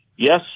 Yes